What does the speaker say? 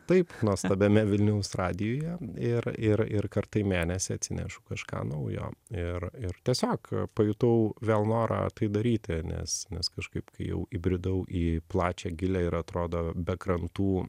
taip nuostabiame vilniaus radijuje ir ir ir kartą į menėsį atsinešu kažką naujo ir ir tiesiog pajutau vėl norą tai daryti nes nes kažkaip kai jau įbridau į plačią gilią ir atrodo be krantų